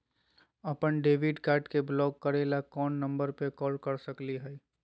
अपन debit card के block करे ला कौन नंबर पे कॉल कर सकली हई?